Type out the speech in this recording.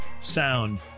sound